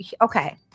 Okay